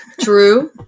True